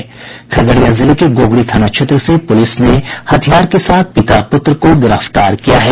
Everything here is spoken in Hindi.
खगड़िया जिले के गोगरी थाना क्षेत्र से पुलिस ने हथियार के साथ पिता पुत्र को गिरफ्तार किया है